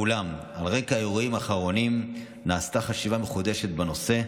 ואולם על רקע האירועים האחרונים נעשתה חשיבה מחודשת בנושא,